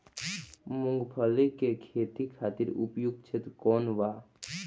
मूँगफली के खेती खातिर उपयुक्त क्षेत्र कौन वा?